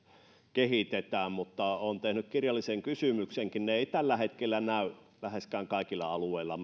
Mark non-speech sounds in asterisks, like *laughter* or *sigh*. kehitetään mutta olen tehnyt tästä kirjallisen kysymyksenkin ne eivät tällä hetkellä näy läheskään kaikilla alueilla *unintelligible*